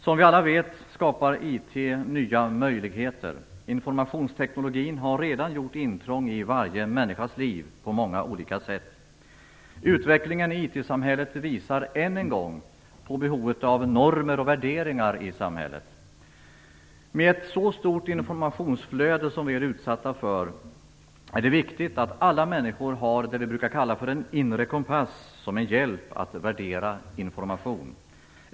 Som vi alla vet skapar IT nya möjligheter. Informationstekniken har redan gjort intrång i varje människas liv på många olika sätt. Utvecklingen i IT-samhället visar än en gång på behovet av normer och värderingar i samhället. Med ett så stort informationsflöde som det vi är utsatta för är det viktigt att alla människor har det vi brukar kalla för en inre kompass som en hjälp att värdera information.